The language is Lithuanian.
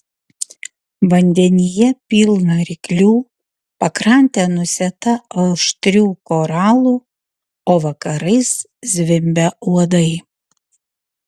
vandenyje pilna ryklių pakrantė nusėta aštrių koralų o vakarais zvimbia uodai